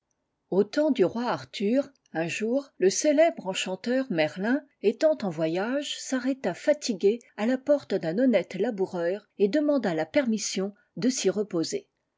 temps du roi arthur un jour le célèbre enchanteur merlin étant en voyage s'arrêta fatigué à la porte d'un honnête laboureur et demanda lapermission de s'y reposer